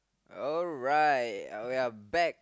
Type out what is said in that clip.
alright uh we are back